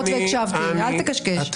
אני אצא עוד רגע, אין שום בעיה.